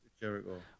Jericho